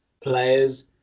players